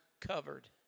covered